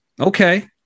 okay